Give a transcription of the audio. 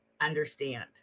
understand